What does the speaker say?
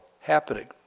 happening